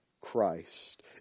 Christ